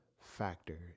factor